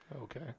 okay